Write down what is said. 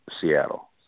Seattle